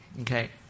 okay